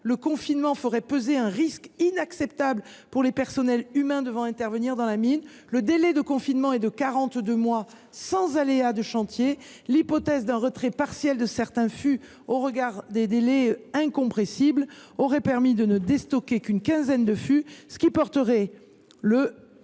le confinement ferait peser un risque inacceptable pour les personnels humains devant intervenir dans la mine. Le délai de confinement est de quarante deux mois, sans aléas de chantier. L’hypothèse d’un retrait partiel de certains fûts, compte tenu de délais incompressibles, aurait permis de ne déstocker qu’une quinzaine desdits fûts, ce qui aurait